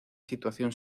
situación